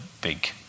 big